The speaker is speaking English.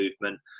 movement